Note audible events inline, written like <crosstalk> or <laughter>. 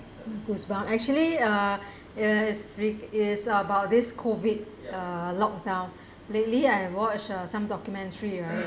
actually uh <breath> is uh is about this COVID uh locked down <breath> lately I watch uh some documentary right